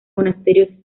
monasterio